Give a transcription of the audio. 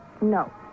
No